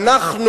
אנחנו,